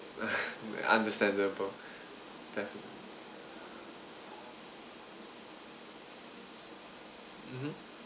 understandable defi~ mmhmm